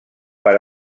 per